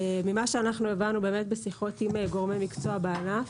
ממה שהבנו בשיחות עם גורמי מקצוע בענף,